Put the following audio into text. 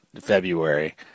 February